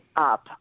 up